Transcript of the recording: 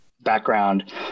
background